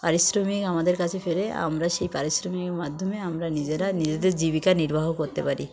পারিশ্রমিক আমাদের কাছে ফেরে আমরা সেই পারিশ্রমিকের মাধ্যমে আমরা নিজেরা নিজেদের জীবিকা নির্বাহ করতে পারি